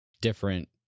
different